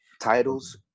titles